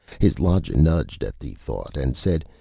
his logic nudged at the thought and said,